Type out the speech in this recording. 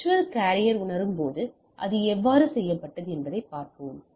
virtual carrier உணரும்போது அது எவ்வாறு செய்யப்பட்டது என்பதை பார்ப்போம்